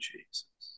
Jesus